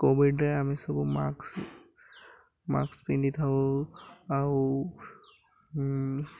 କୋଭିଡ଼୍ରେ ଆମେ ସବୁ ମାକ୍ସ ମାକ୍ସ ପିନ୍ଧି ଥାଉ ଆଉ